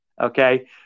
Okay